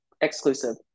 exclusive